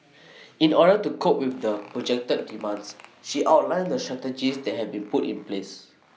in order to cope with the projected demands she outlined the strategies that have been put in place